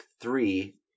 three